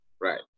Right